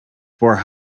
for